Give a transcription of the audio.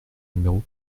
numéro